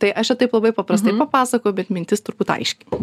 tai aš čia taip labai paprastai papasakojau bet mintis turbūt aiški